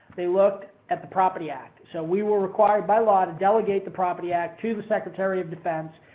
they looked at the property act. so, we were required by law to delegate the property act to the secretary of defense,